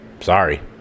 Sorry